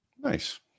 Nice